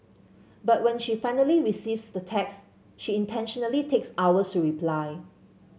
but when she finally receives the text she intentionally takes hours reply